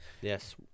Yes